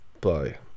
Bye